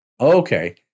Okay